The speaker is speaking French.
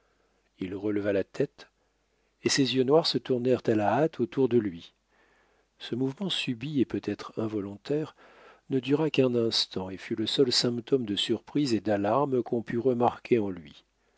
il releva la tête et ses yeux noirs se tournèrent à la hâte autour de lui ce mouvement subit et peut-être involontaire ne dura qu'un instant et fut le seul symptôme de surprise et d'alarme qu'on pût remarquer en lui